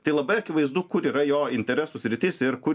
tai labai akivaizdu kur yra jo interesų sritis ir kur